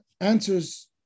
answers